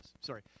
Sorry